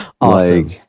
Awesome